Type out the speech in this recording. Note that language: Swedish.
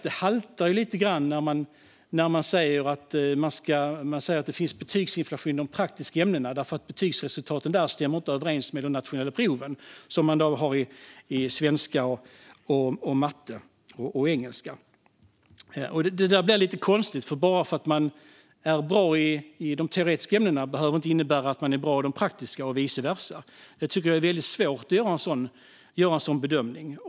Det haltar lite grann när det sägs att det finns betygsinflation i de praktiska ämnena därför att betygsresultaten där inte stämmer överens med de nationella proven, som eleverna har i svenska, matte och engelska. Det där blir lite konstigt, för att man är bra i de teoretiska ämnena behöver inte innebära att man är bra i de praktiska, och vice versa. Jag tycker att det är väldigt svårt att göra en sådan bedömning.